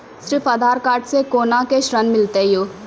सिर्फ आधार कार्ड से कोना के ऋण मिलते यो?